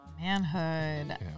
Manhood